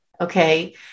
Okay